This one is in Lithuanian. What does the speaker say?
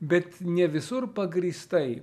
bet ne visur pagrįstai